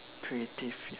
creative